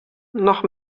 noch